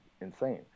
insane